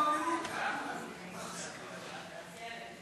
לוועדה לזכויות הילד